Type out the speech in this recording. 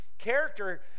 Character